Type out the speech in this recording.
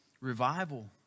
Revival